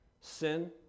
Sin